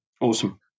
awesome